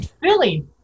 Billy